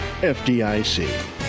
FDIC